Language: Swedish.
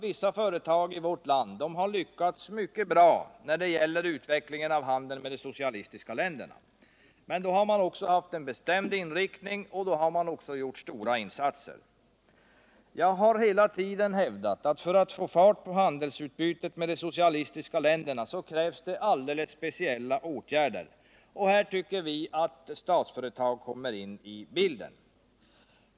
Vissa företag i vårt land har lyckats mycket bra när det gäller utvecklingen av handeln med de socialistiska länderna. Men då har man också haft en bestämd inriktning och gjort stora insatser. Jag har hela tiden hävdat att för att få fart på handelsutbytet med de socialistiska länderna krävs det alldeles speciella åtgärder, och här tycker vi att Statsföretag kommer in i bilden.